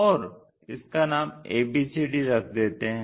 और इसका नाम abcd रख देते हैं